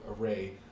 array